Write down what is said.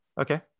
Okay